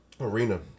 arena